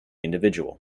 individual